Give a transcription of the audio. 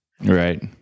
Right